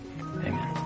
Amen